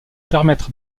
permettre